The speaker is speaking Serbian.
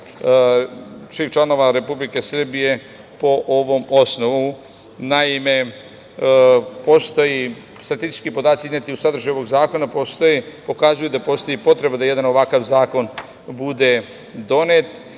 svih članova, Republike Srbije po ovom osnovu. Naime, postoje statistički podaci izneti u sadržaju ovog zakona, pokazuju da postoji potreba da jedan ovakav zakon bude donet,